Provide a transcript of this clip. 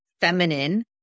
feminine